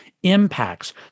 impacts